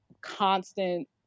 constant